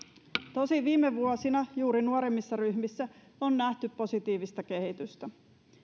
tosin viime vuosina juuri nuoremmissa ryhmissä on nähty positiivista kehitystä